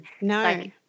No